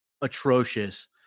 atrocious